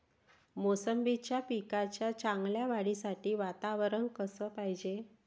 मोसंबीच्या पिकाच्या चांगल्या वाढीसाठी वातावरन कस पायजे?